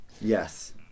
yes